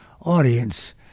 audience